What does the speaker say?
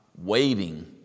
waiting